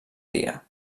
dia